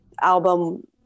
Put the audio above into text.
album